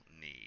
need